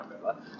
remember